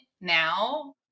now